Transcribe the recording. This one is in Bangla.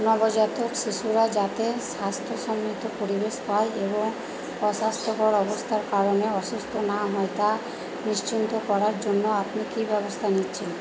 নবজাতক শিশুরা যাতে স্বাস্থ্যসম্মত পরিবেশ পায় এবং অস্বাস্থ্যকর অবস্থার কারণে অসুস্থ না হয় তা নিশ্চিন্ত করার জন্য আপনি কী ব্যবস্থা নিচ্ছেন